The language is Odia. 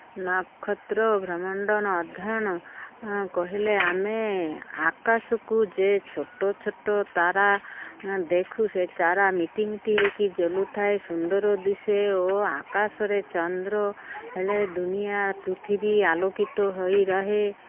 ନକ୍ଷତ୍ର ଭ୍ରମଣ୍ଡନ ଅଧ୍ୟୟନ କହିଲେ ଆମେ ଆକାଶକୁ ଯେ ଛୋଟ ଛୋଟ ତାରା ଦେଖୁ ସେ ତାରା ମିଟିମିଟି ହୋଇକି ଜଳୁଥାଏ ସୁନ୍ଦର ଦିଶେ ଓ ଆକାଶରେ ଚନ୍ଦ୍ର ହେଲେ ଦୁନିଆ ପୃଥିବୀ ଆଲୋକିତ ହୋଇ ରୁହେ